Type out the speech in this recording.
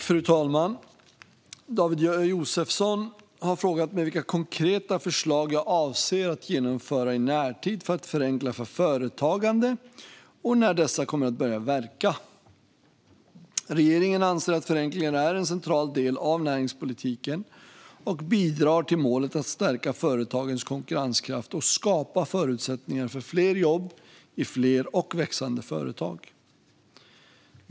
Fru talman! David Josefsson har frågat mig vilka konkreta förslag jag avser att genomföra i närtid för att förenkla för företagande och när dessa kommer att börja verka. Regeringen anser att förenklingar är en central del av näringspolitiken och att de bidrar till målet att stärka företagens konkurrenskraft och skapa förutsättningar för fler jobb i fler och växande företag.